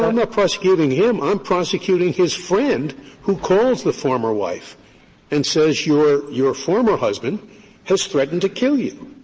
ah not prosecuting him. i'm prosecuting his friend who calls the former wife and says your your former husband has threatened to kill you.